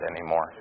anymore